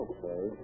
Okay